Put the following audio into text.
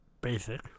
basic